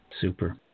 Super